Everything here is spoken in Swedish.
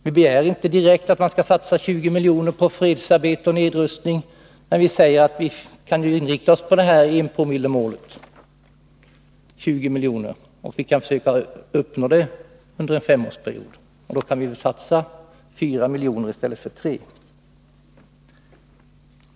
Vi begär inte att man direkt skall satsa 20 miljoner på fredsarbete och nedrustning, men vi säger att man bör inrikta sig på enpromillemålet — 20 miljoner — och försöka klara det under en 31 femårsperiod. Då kan vi satsa 4 miljoner i stället för 3.